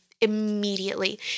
immediately